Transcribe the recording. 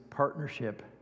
Partnership